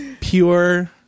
pure